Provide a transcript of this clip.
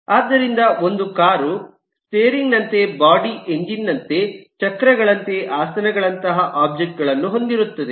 ಆದ್ದರಿಂದ ಒಂದು car steering ನಂತೆ ಬಾಡಿ ಎಂಜಿನ್ ನಂತೆ ಚಕ್ರಗಳಂತೆ ಆಸನಗಳಂತಹ ಒಬ್ಜೆಕ್ಟ್ ಗಳನ್ನು ಹೊಂದಿರುತ್ತದೆ